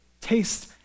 Taste